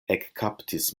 ekkaptis